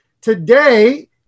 Today